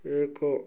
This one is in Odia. ଏକ